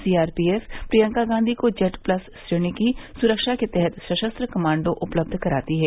सी R P F Priyanka Gandhi को Z plus श्रेणी की सुरक्षा के तहत सशस्त्र कमांडो उपलब्ध कराती है